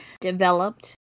developed